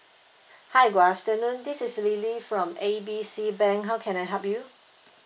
hi good afternoon this is lily from A B C bank how can I help you